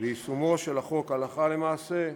ביישומו של החוק הלכה למעשה,